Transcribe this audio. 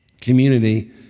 community